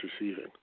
receiving